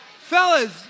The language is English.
Fellas